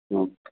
okay